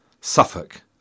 Suffolk